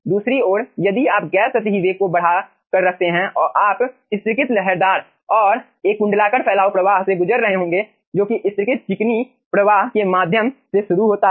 दूसरी ओर यदि आप गैस सतही वेग को बढ़ा कर रखते हैं आप स्तरीकृत लहरदार और एक कुंडलाकार फैलाव प्रवाह से गुजर रहे होंगे जो कि स्तरीकृत चिकने प्रवाह के माध्यम से शुरू होता है